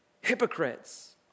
hypocrites